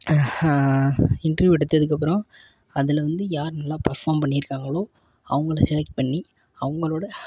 interview எடுத்ததுக்கு அப்புறம் அதில் வந்து யார் நல்லா பர்ஃபார்ம் பண்ணி இருக்காங்களோ அவங்கள செலெக்ட் பண்ணி அவங்களோட